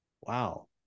wow